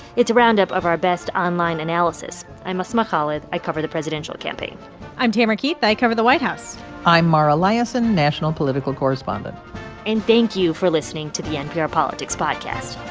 it's a roundup of our best online analysis i'm asma khalid. i cover the presidential campaign i'm tamara keith. i cover the white house i'm mara liasson, national political correspondent and thank you for listening to the npr politics podcast